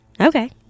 Okay